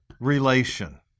Relation